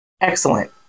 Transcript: Excellent